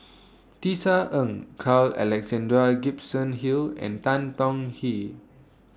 Tisa Ng Carl Alexander Gibson Hill and Tan Tong Hye